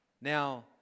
Now